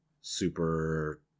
super